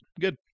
Good